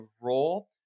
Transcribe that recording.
role